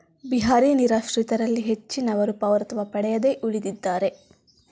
ಬಿಹಾರಿ ನಿರಾಶ್ರಿತರಲ್ಲಿ ಹೆಚ್ಚಿನವರು ಪೌರತ್ವ ಪಡೆಯದೆ ಉಳಿದಿದ್ದಾರೆ